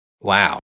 Wow